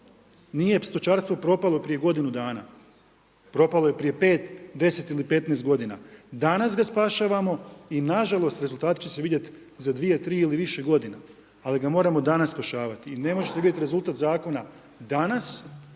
Nije stočarstvo propalo prije godinu dana. Propalo je prije 5, 10 ili 15 g. Danas ga spašavamo i nažalost rezultati će se vidjeti za 2, 3 ili više g. ali ga moramo danas spašavati. I ne možete vidjeti rezultat zakona danas,